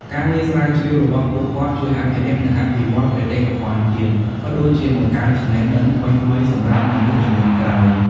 ការងារស្រាវជ្រាវរបស់ពួកគាត់ជួយអភិរក្ស និងអភិវឌ្ឍបេតិកភណ្ឌជាតិ ក៏ដូចជាបង្កើតចំណេះដឹងថ្មីៗសម្រាប់មនុស្សជំនាន់ក្រោយ។